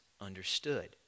understood